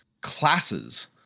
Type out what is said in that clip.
classes